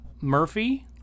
Murphy